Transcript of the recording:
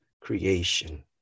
creation